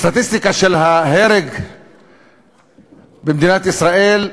הסטטיסטיקה של ההרג במדינת ישראל,